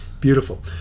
Beautiful